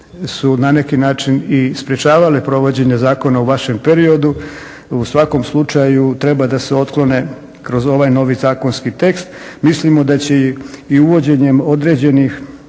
su na neki način i sprječavale provođenje zakona u vašem periodu u svakom slučaju treba da se otklone kroz ovaj novi zakonski tekst. Mislimo da će i uvođenjem određenih